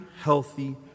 healthy